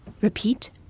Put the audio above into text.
Repeat